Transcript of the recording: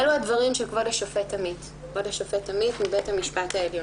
אלו הדברים של כבוד השופט עמית מבית המשפט העליון,